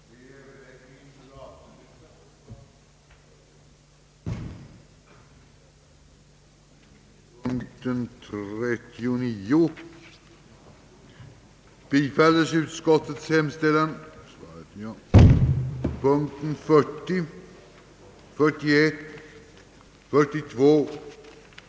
Härmed har jag äran anhålla om 1l1edighet från riksdagsarbetet under tiden den 29 5 för att deltaga i arbetet i nedrustningsdelegationen i Genéve.